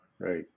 Right